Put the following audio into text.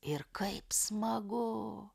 ir kaip smagu